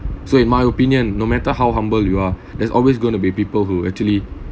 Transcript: so in my opinion no matter how humble you are there's always going to be people who actually